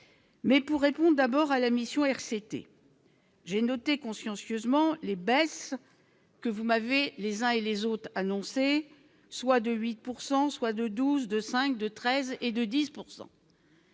mais pour réponde à bord à la mission RCT. J'ai noté consciencieusement les baisses que vous m'avez les uns et les autres annoncés, soit de 8 pourcent soit de 12 2 5 de 13 et de 10